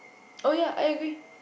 oh ya I agree